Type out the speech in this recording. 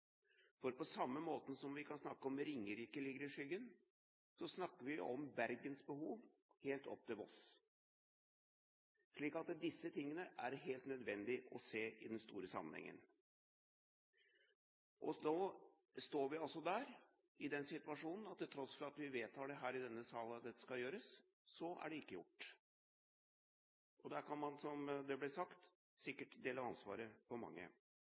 For på samme måte som vi kan snakke om at Ringerike ligger skyggen, snakker vi om Bergens behov helt opp til Voss. Disse tingene er det helt nødvendig å se i den store sammenhengen. Nå står vi altså i den situasjonen at til tross for at vi vedtar i denne sal at dette skal gjøres, er det ikke gjort. Da kan man, som det er sagt, sikkert dele ansvaret på mange.